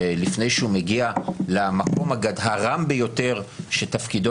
ולפני שהוא מגיע למקום הרם ביותר שתפקידו